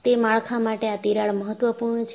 તે માળખા માટે આ તિરાડ મહત્વપૂર્ણ છે